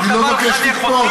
עכשיו אתה בא לחנך אותי?